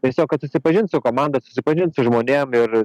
tiesiog kad susipažint su komanda susipažint su žmonėm ir